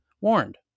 warned